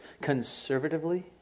conservatively